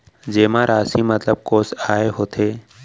जेमा राशि मतलब कोस आय होथे?